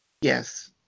Yes